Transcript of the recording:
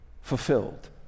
fulfilled